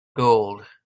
gold